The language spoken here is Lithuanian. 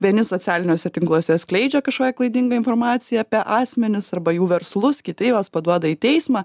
vieni socialiniuose tinkluose skleidžia kažkokią klaidingą informaciją apie asmenis arba jų verslus kiti juos paduoda į teismą